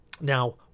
Now